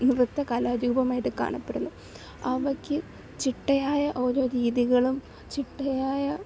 നൃത്ത കലാരൂപമായിട്ട് കാണപ്പെടുന്നെ അവയ്ക്ക് ചിട്ടയായ ഓരോ രീതികളും ചിട്ടയായ